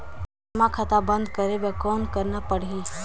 जमा खाता बंद करे बर कौन करना पड़ही?